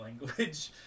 language